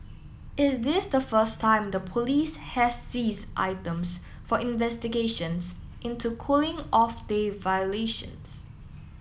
is this the first time the police has seize items for investigations into cooling off day violations